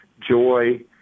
joy